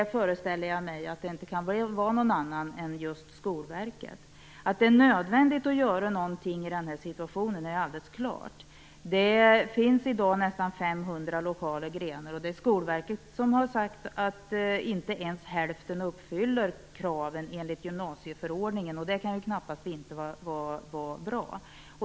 Jag föreställer mig att det inte kan vara någon annan än just Skolverket. Att det är nödvändigt att göra någonting i denna situation är alldeles klart. Det finns i dag nästan 500 lokala grenar. Skolverket har sagt att inte ens hälften uppfyller kraven enligt gymnasieförordningen. Det kan knappast vara bra.